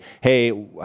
Hey